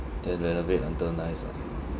then renovate until nice lah